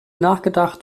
nachgedacht